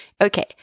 Okay